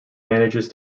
manages